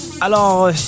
Alors